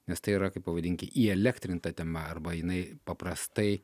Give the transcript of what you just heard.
nes tai yra kaip pavadinki įelektrinta tema arba jinai paprastai